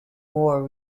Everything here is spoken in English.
war